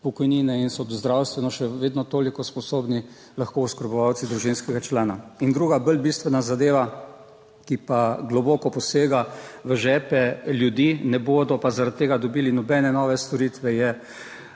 pokojnine in so zdravstveno še vedno toliko sposobni, lahko oskrbovalci družinskega člana in druga bolj bistvena zadeva, ki pa globoko posega v žepe ljudi, ne bodo pa zaradi tega dobili nobene nove storitve, je